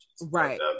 right